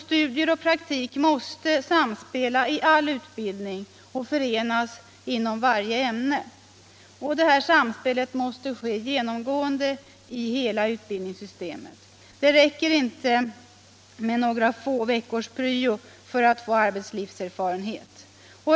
Studier och praktiskt arbete måste samspela i all utbildning och förenas inom varje ämne. Och detta samspel måste ske genomgående i hela utbildningssystemet. Det räcker inte med några få veckors pryo för att få arbetslivserfarenhet.